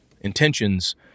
intentions